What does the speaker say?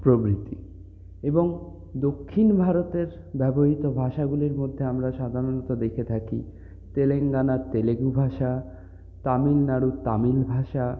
প্রভৃতি এবং দক্ষিণ ভারতের ব্যবহৃত ভাষাগুলির মধ্যে আমরা সাধারণত দেখে থাকি তেলেঙ্গানার তেলুগু ভাষা তামিলনাড়ুর তামিল ভাষা